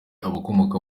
abakomoka